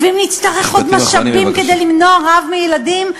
ואם נצטרך עוד משאבים כדי למנוע רעב מילדים,